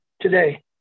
today